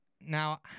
now